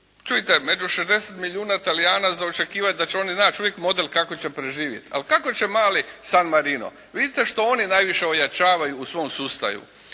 Čujte, među 60 milijuna Talijana za očekivati je da će oni uvijek naći model kako će preživjeti. Ali kako će mali San Marino? Vidite što oni najviše ojačavaju u svom sustavu.